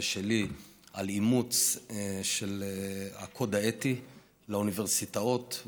ושלי על אימוץ של הקוד האתי לאוניברסיטאות,